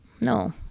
No